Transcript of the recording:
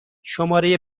شماره